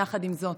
יחד עם זאת,